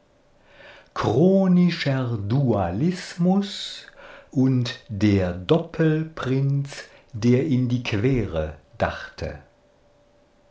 dualismus und der doppelprinz der in die quere dachte